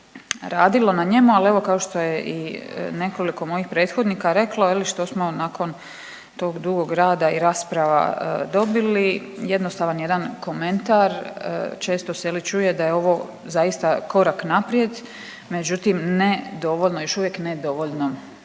radilo na njemu, ali evo kao što je i nekoliko mojih prethodnika reklo je li što smo nakon tog dugog rada i rasprava dobili jednostavan jedan komentar često se je li čuje da je ovo zaista korak naprijed, međutim ne dovoljno, još uvijek ne dovoljno,